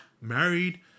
married